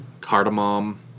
cardamom